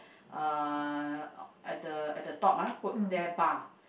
uh at the at the top ah put there bar